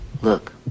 Look